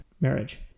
marriage